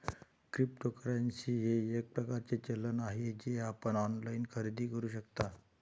cryptocurrency हे एक प्रकारचे चलन आहे जे आपण ऑनलाइन खरेदी करू शकता